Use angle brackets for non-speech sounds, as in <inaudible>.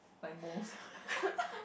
by most <laughs>